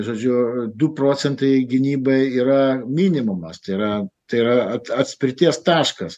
žodžiu du procentai gynybai yra minimumas tai yra tai yra atspirties taškas